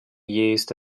used